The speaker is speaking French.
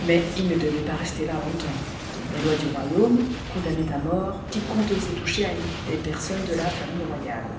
mais il ne devait pas rester là longtemps les lois du royaume condamnaient à mort quiconque osait toucher à une des personnes de la famille royale